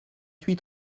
huit